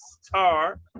Star